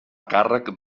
càrrec